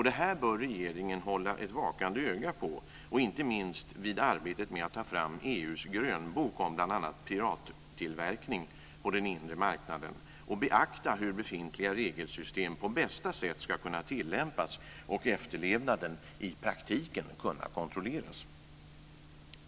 Det här bör regeringen hålla ett vakande öga på, inte minst vid arbetet med att ta fram EU:s grönbok om bl.a. pirattillverkning på den inre marknaden, och beakta hur befintliga regelsystem på bästa sätt ska kunna tillämpas och efterlevnaden i praktiken kunna kontrolleras.